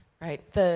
Right